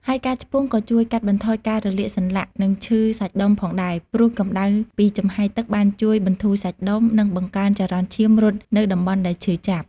ហើយការឆ្ពង់ក៏ជួយកាត់បន្ថយការរលាកសន្លាក់ និងឈឺសាច់ដុំផងដែរ ព្រោះកម្ដៅពីចំហាយទឹកបានជួយបន្ធូរសាច់ដុំ និងបង្កើនចរន្តឈាមរត់នៅតំបន់ដែលឈឺចាប់។